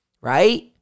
Right